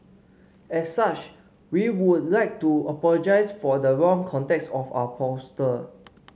as such we would like to apologise for the wrong context of our poster